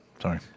Sorry